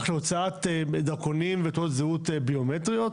להוצאת דרכונים ותעודות זהות ביומטריות